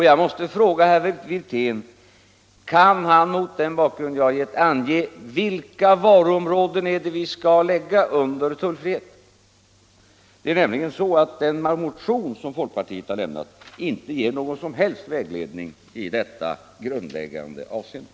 Jag måste fråga herr Wirtén: Kan man mot den bakgrund jag har målat upp ange vilka varuområden vi skall lägga under tullfrihet? Den motion som folkpartiet har väckt ger inte någon vägledning i detta grundläggande avseende.